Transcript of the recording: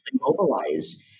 mobilize